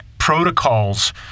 protocols